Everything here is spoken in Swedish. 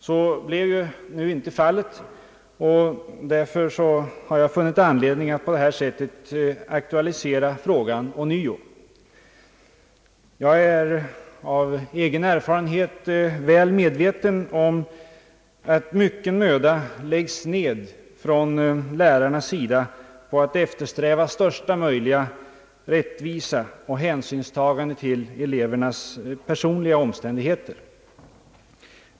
Så blev inte fallet, och jag har därför funnit anledning att på detta sätt ånyo aktualisera frågan. Jag är av egen erfarenhet väl medveten om att mycken möda nedläggs från lärarnas sida för att få största möjliga rättvisa och hänsynstagande till elevernas personliga omständigheter.